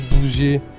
bouger